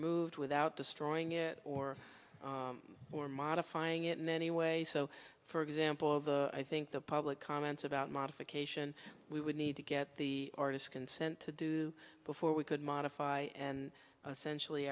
moved without destroying it or or modifying it in any way so for example of the i think the public comments about modification we would need to get the artists consent to do before we could modify and essentially